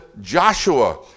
Joshua